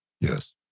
Yes